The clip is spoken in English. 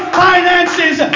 finances